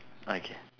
okay